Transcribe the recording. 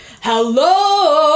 Hello